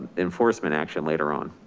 enforcement action later on.